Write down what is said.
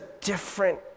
different